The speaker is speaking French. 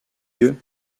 dieux